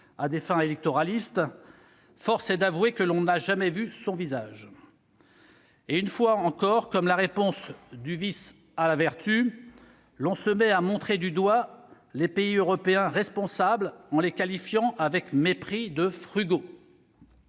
à des fins électoralistes, mais on n'en a jamais vu la mise en oeuvre ... Et une fois encore, comme la réponse du vice à la vertu, on se met à montrer du doigt les pays européens responsables, en les qualifiant avec mépris de « frugaux